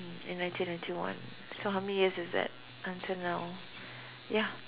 in nineteen ninety one so how many years is that until now ya